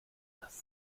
dass